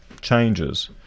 changes